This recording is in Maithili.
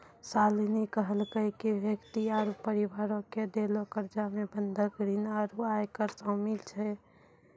शालिनी कहलकै कि व्यक्ति आरु परिवारो के देलो कर्जा मे बंधक ऋण आरु आयकर शामिल छै